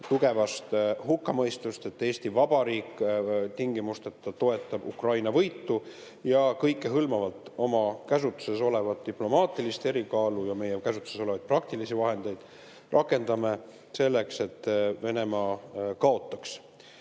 tugevast hukkamõistust, et Eesti Vabariik tingimusteta toetab Ukraina võitu, ja et me kõikehõlmavalt oma käsutuses olevat diplomaatilist erikaalu ja meie käsutuses olevaid praktilisi vahendeid rakendame selleks, et Venemaa kaotaks.